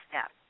step